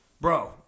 bro